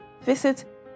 visit